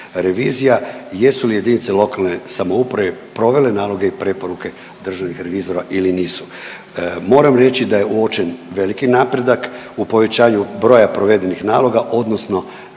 revizija jesu li JLS provele naloge i preporuke državnih revizora ili nisu. Moram reći da je uočen veliki napredak u povećanju broja provedenih naloga odnosno